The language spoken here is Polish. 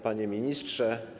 Panie Ministrze!